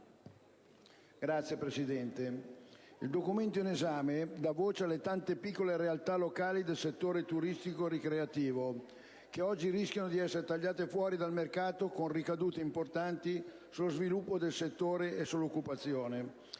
Signor Presidente, il documento in esame dà voce alle tante piccole realtà locali del settore turistico-ricreativo che oggi rischiano di essere tagliate fuori dal mercato, con ricadute importanti sullo sviluppo del settore e sull'occupazione.